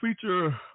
feature